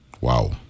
Wow